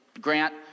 Grant